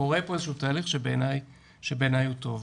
קורה פה איזשהו תהליך שבעיניי הוא טוב.